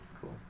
cool